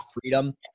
freedom